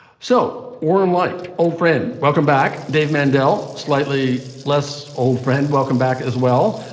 so or in light, old friend. welcome back, dave mendell. slightly less old friend. welcome back as well.